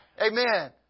Amen